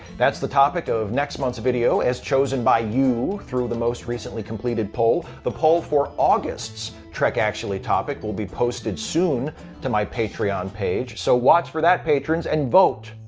that's the topic of next month's video, as chosen by you through the most recently completed poll. the poll for august's trek, actually topic will be posted soon to my patreon page, so watch for that, patrons, and vote!